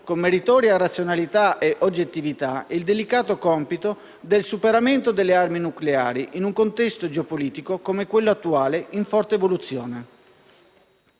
con meritoria razionalità e oggettività, il delicato compito del superamento delle armi nucleari in un contesto geopolitico, come quello attuale, in forte evoluzione.